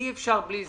אי אפשר בלי זה.